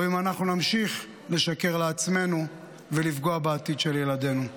או אם אנחנו נמשיך לשקר לעצמנו ולפגוע בעתיד של ילדינו.